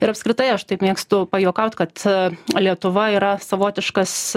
ir apskritai aš taip mėgstu pajuokaut kad lietuva yra savotiškas